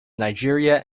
nigeria